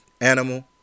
animal